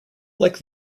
like